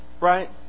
Right